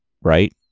Right